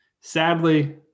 sadly